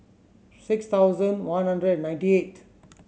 six thousand one hundred and ninety eight